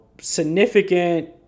significant